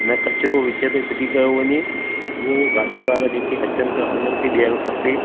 न कचरो वीच ते फिटी कयो वञे उहो गाॾी वारा जेके अचनि ता हुननि खे ॾियण खपे